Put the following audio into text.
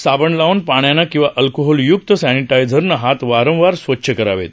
साबण लावून पाण्यानं किंवा अल्कोहोलय्क्त सॅनिटाइझरनं हात वारंवार स्वच्छ करावेत